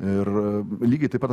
ir lygiai taip pat aš